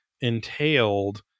entailed